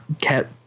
kept